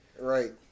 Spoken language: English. Right